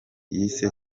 yise